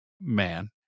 man